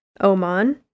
Oman